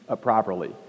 properly